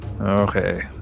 Okay